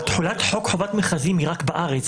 אבל תחולת חוק חברת מכרזים היא רק בארץ,